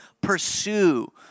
pursue